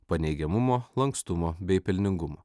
paneigiamumo lankstumo bei pelningumo